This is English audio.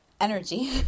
energy